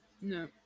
No